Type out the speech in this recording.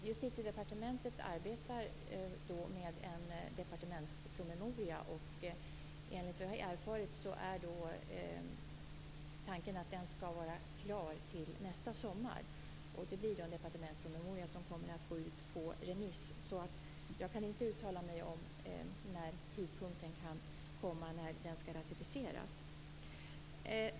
Fru talman! När det först gäller Europarådskonventionen arbetar Justitiedepartementet med en departementspromemoria, och enligt vad jag har erfarit är tanken att den skall vara klar till nästa sommar. Det blir en departementspromemoria som kommer att gå ut på remiss. Jag kan inte uttala mig om tidpunkten när den skall ratificeras.